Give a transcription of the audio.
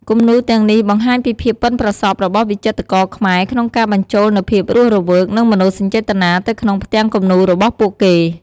គំនូរទាំងនេះបង្ហាញពីភាពប៉ិនប្រសប់របស់វិចិត្រករខ្មែរក្នុងការបញ្ចូលនូវភាពរស់រវើក និងមនោសញ្ចេតនាទៅក្នុងផ្ទាំងគំនូររបស់ពួកគេ។